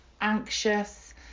anxious